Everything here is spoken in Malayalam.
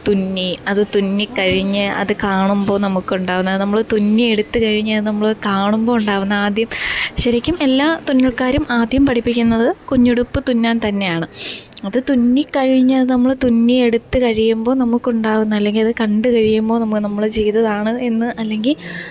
തുന്നി അത് തുന്നിക്കഴിഞ്ഞ് അത് കാണുമ്പോൾ നമുക്കുണ്ടാവുന്ന നമ്മൾ തുന്നിയെടുത്ത് കഴിഞ്ഞാൽ നമ്മൾ കാണുമ്പോൾ ഉണ്ടാവുന്ന ആദ്യം ശരിക്കും എല്ലാ തുന്നല്ക്കാരും ആദ്യം പഠിപ്പിക്കുന്നത് കുഞ്ഞുടുപ്പ് തുന്നാന് തന്നെയാണ് അത് തുന്നിക്കഴിഞ്ഞത് നമ്മൾ തുന്നിയെടുത്ത് കഴിയുമ്പം നമുക്കുണ്ടാവുന്ന അല്ലെങ്കിലത് കണ്ട് കഴിയുമ്പോൾ നമ്മൾ നമ്മൾ ചെയ്തതാണ് എന്ന് അല്ലെങ്കിൽ